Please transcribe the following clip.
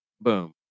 Boom